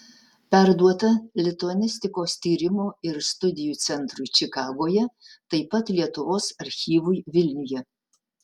perduota lituanistikos tyrimo ir studijų centrui čikagoje taip pat lietuvos archyvui vilniuje